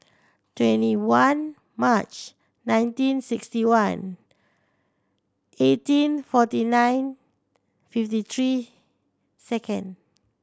twenty one March nineteen sixty one eighteen forty nine fifty three second